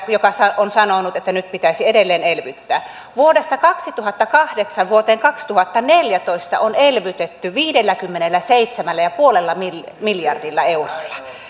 joka on sanonut että nyt pitäisi edelleen elvyttää vuodesta kaksituhattakahdeksan vuoteen kaksituhattaneljätoista on elvytetty viidelläkymmenelläseitsemällä pilkku viidellä miljardilla eurolla